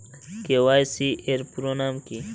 KYC এর পুরোনাম কী?